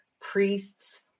priests